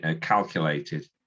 calculated